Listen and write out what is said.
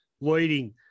leading